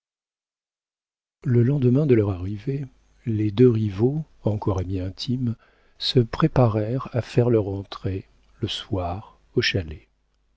le lendemain de leur arrivée les deux rivaux encore amis intimes se préparèrent à faire leur entrée le soir au chalet